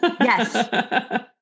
Yes